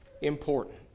important